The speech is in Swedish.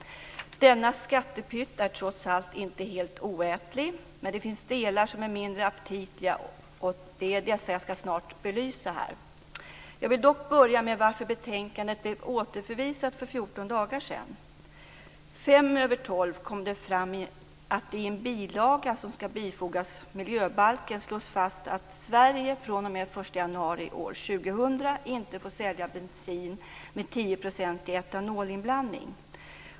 Denna skattepytt är trots allt inte helt oätligt. Men det finns delar som är mindre aptitliga, och det är dessa jag snart ska belysa här. Jag vill dock börja med varför betänkandet blev återförvisat för 14 dagar sedan. Fem över tolv kom det fram att det i en bilaga som ska bifogas miljöbalken slås fast att Sverige fr.o.m. den 1 januari år 2000 inte får sälja bensin med tioprocentig etanolinblandning.